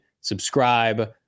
subscribe